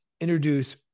introduce